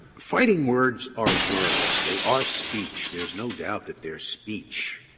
fighting words are words. they are speech. there's no doubt that they're speech.